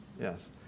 yes